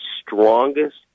strongest